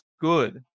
good